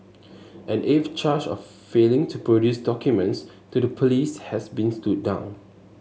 an eighth charge of failing to produce documents to the police has been stood down